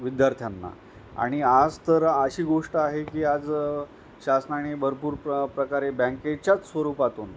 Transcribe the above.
विद्यार्थ्यांना आणि आस तर अशी गोष्ट आहे की आज शासनाने भरपूर प्र प्रकारे बँकेच्याच स्वरूपातून